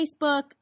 Facebook